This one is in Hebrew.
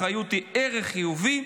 אחריות היא ערך חיובי,